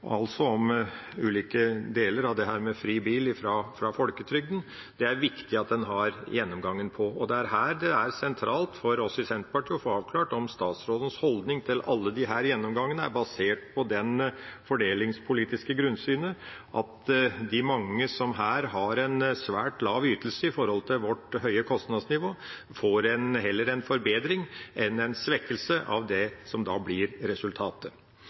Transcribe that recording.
altså om ulike deler av dette med fri bil fra folketrygden. Det er det viktig at en har en gjennomgang på. Og det er her sentralt for oss i Senterpartiet å få avklart om statsrådens holdning til alle disse gjennomgangene er basert på det fordelingspolitiske grunnsynet at de mange som her har en svært lav ytelse i forhold til vårt høye kostnadsnivå, heller får en forbedring enn en svekkelse av det som da blir resultatet.